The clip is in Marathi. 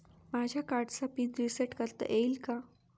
माझ्या कार्डचा पिन रिसेट करता येईल का?